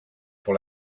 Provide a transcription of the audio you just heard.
pour